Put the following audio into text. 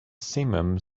simum